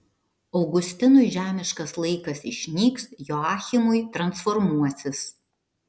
augustinui žemiškas laikas išnyks joachimui transformuosis